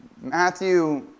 Matthew